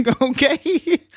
Okay